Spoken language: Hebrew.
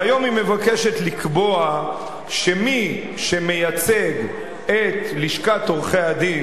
והיום היא מבקשת לקבוע שמי שמייצג את לשכת עורכי-הדין